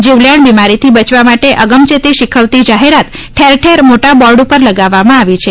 જીવલેણ બિમારીથી બચવા માટે અગમચેતી શખવતી જાહેરાત ઠેરઠેર મોટા બોર્ડ ઉપર લગાવવામાં આવી છે